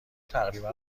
تقریبا